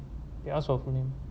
they ask for full name